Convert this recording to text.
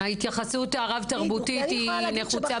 ההתייחסות הרב-תרבותית היא נחוצה